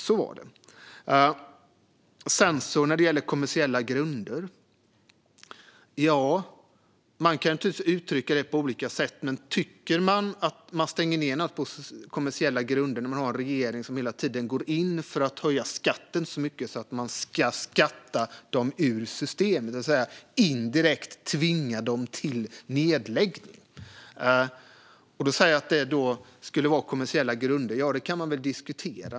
När det gäller kommersiella grunder kan man givetvis uttrycka det på olika sätt, men stänger man verkligen ned på kommersiella grunder när en regering går in för att höja skatten så mycket att man skattas ur systemet och alltså indirekt tvingas till nedläggning? Om det var på kommersiella grunder? Ja, det kan man diskutera.